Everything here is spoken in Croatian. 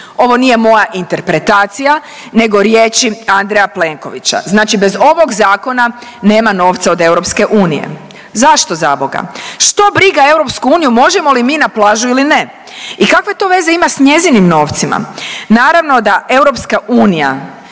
Ovo nije moja interpretacija nego riječi Andreja Plenkovića. Znači bez ovog zakona nema novca od EU. Zašto zaboga? Što briga EU možemo li mi na plažu ili ne i kakve to veze ima s njezinim novcima. Naravno da EU